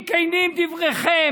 אם כנים דבריכם,